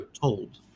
told